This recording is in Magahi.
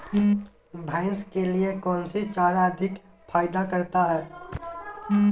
भैंस के लिए कौन सी चारा अधिक फायदा करता है?